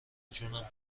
جونم